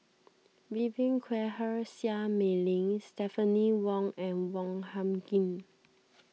Vivien Quahe Seah Mei Lin Stephanie Wong and Wong Hung Khim